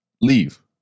Leave